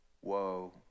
Whoa